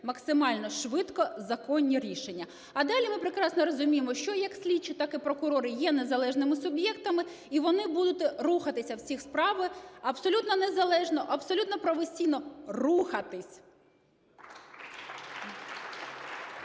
максимально швидко законні рішення. А далі, ми прекрасно розуміємо, що як слідчі, так і прокурори, є незалежними суб'єктами. І вони будуть рухатись в цих справах, абсолютно незалежно, абсолютно професійно рухатись.